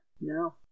No